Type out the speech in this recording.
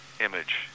image